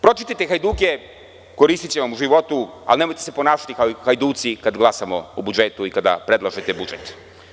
Pročitajte „Hajduke“, koristiće vam u životu, ali nemojte se ponašati kao hajduci kada glasamo o budžetu i kada predlažete budžet.